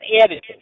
added